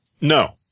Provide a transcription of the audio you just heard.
No